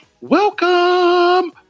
welcome